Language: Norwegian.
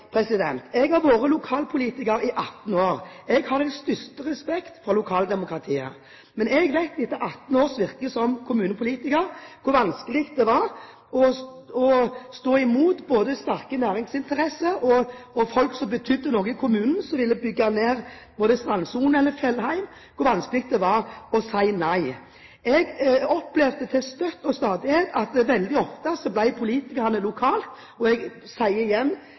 jeg har vært lokalpolitiker i 18 år. Jeg har den største respekt for lokaldemokratiet. Men jeg vet etter 18 års virke som kommunepolitiker hvor vanskelig det var å stå imot både sterke næringsinteresser og folk som betydde noe i kommunen, og som ville bygge ned både strandsonen og fjellheimen, hvor vanskelig det var å si nei. Jeg opplevde til stadighet – og jeg sier igjen at